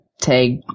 tag